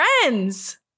friends